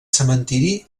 cementiri